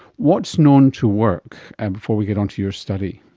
what is known to work? and before we get onto your study.